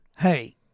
hey